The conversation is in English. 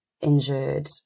injured